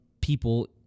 people